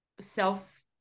self